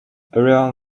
everyone